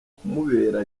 kumubera